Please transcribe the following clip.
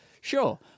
sure